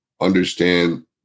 understand